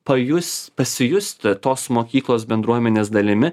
pajusti pasijusti tos mokyklos bendruomenės dalimi